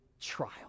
trial